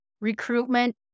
recruitment